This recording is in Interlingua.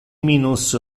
minus